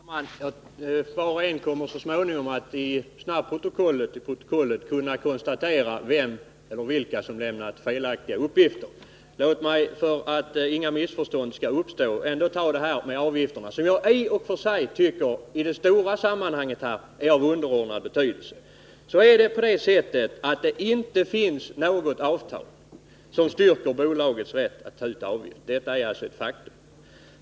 Herr talman! Var och en kommer så småningom att i snabbprotokollet kunna konstatera vem eller vilka som lämnat felaktiga uppgifter. För att inget missförstånd skall uppstå vill jag ta upp det här med avgifterna, som i och för sig är av underordnad betydelse. För det första finns det inget avtal som styrker bolagets rätt att ta ut avgift — detta är alltså ett faktum.